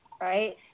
Right